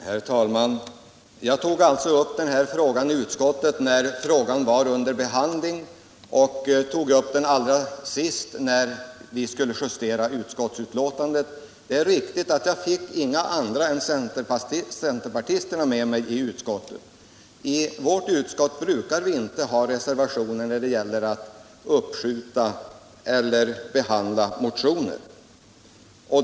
Herr talman! Jag tog upp den här frågan i utskottet när den var under behandling. Allra sist tog jag upp den när vi skulle justera utskottsbetänkandet. Det är riktigt att jag inte fick några andra än centerpartisterna med mig i utskottet. I vårt utskott brukar vi inte ha reservationer när det gäller att uppskjuta eller behandla motioner.